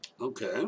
Okay